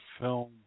film